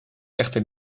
echter